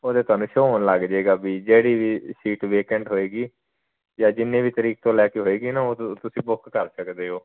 ਉਹ 'ਤੇ ਤੁਹਾਨੂੰ ਸ਼ੋ ਹੋਣ ਲੱਗ ਜੇਗਾ ਵੀ ਜਿਹੜੀ ਵੀ ਸੀਟ ਵੀਕੰਟ ਹੋਏਗੀ ਜਾਂ ਜਿੰਨੀ ਵੀ ਤਰੀਕ ਤੋਂ ਲੈ ਕੇ ਹੋਏਗੀ ਨਾ ਉਹ ਤੁਸੀਂ ਬੁੱਕ ਕਰ ਸਕਦੇ ਹੋ